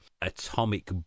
atomic